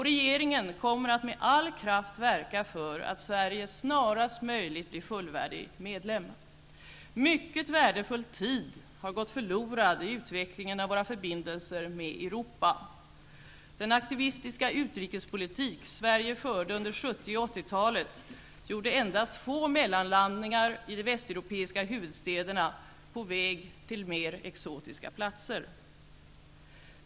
Regeringen kommer att med all kraft verka för att Sverige snarast möjligt blir fullvärdig medlem. Mycket värdefull tid har gått förlorad i utvecklingen av våra förbindelser med Europa. Den aktiva utrikespolitik Sverige förde under 70 och 80-talen gjorde endast få mellanlandningar i de västeuropeiska huvudstäderna på väg till mer exotiska platser.